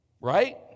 Right